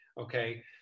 okay